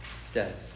says